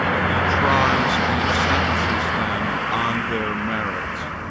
he tries and sentences them on their merits,